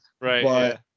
Right